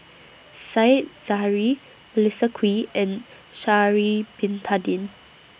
Said Zahari Melissa Kwee and Sha'Ari Bin Tadin